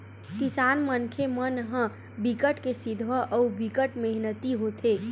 किसान मनखे मन ह बिकट के सिधवा अउ बिकट मेहनती होथे